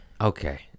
okay